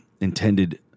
intended